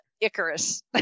Icarus